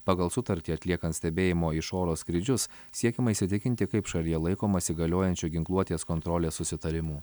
pagal sutartį atliekant stebėjimo iš oro skrydžius siekiama įsitikinti kaip šalyje laikomasi galiojančių ginkluotės kontrolės susitarimų